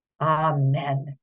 Amen